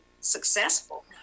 successful